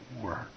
work